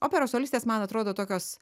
operos solistės man atrodo tokios